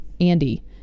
Andy